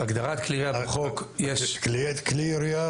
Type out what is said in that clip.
בהגדרת כלי ירייה בחוק --- כל כלי ירייה,